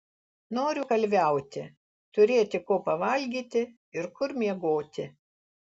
noriu kalviauti turėti ko pavalgyti ir kur miegoti